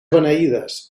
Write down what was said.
beneïdes